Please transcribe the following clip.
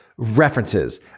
references